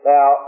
Now